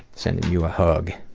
sending you a hug.